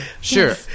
Sure